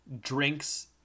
drinks